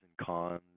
cons